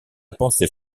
pensée